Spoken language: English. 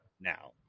now